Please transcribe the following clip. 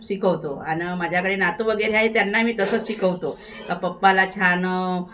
शिकवतो आणि माझ्याकडे नातू वगैरे आहे त्यांना मी तसंच शिकवतो पप्पाला छान